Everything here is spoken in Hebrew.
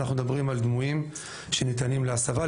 אנחנו מדברים על דמויים שניתנים להסבה.